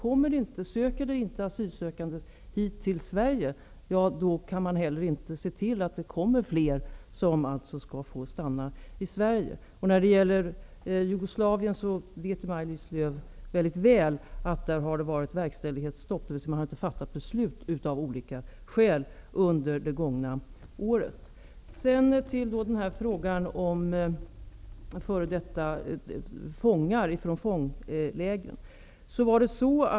Om det inte kommer några asylsökande till Sverige, kan inte heller fler få stanna här. Maj-Lis Lööw vet väldigt väl att det har varit verkställighetsstopp i fråga om Jugoslavien, dvs. att man av olika skäl inte har fattat några beslut under det gångna året. Så över till frågan om f.d. fångar från fånglägren.